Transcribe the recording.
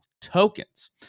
tokens